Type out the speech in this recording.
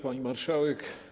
Pani Marszałek!